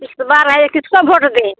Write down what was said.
इस बार है किसको व्होट दें